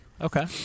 okay